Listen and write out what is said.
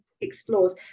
explores